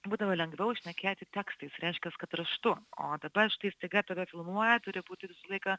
būdavo lengviau šnekėti tekstais reiškias kad raštu o dabar štai staiga tave filmuoja turi būti visą laiką